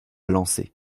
lancer